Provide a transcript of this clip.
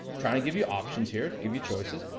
trying to give you options here, to give you choices.